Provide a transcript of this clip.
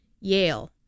Yale